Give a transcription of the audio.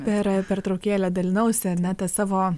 per pertraukėlę dalinausi ar ne ta savo